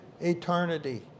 eternity